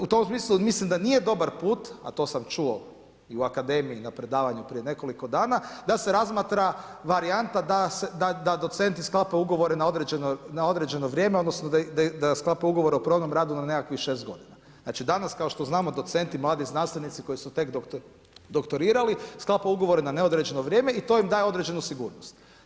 U tom smislu mislim da nije dobar put, a to sam čuo i u akademiji na predavanju prije nekoliko dana, da se razmatra varijanta da docenti sklapaju ugovore na određeno vrijeme odnosno da sklapaju ugovore o probnom radu na nekakvih 6 g. Znači danas kao što znamo, docenti, mladi znanstvenici koji su tek doktorirali, sklapaju ugovore na neodređeno vrijeme i to im daje određenu sigurnost.